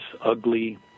ugly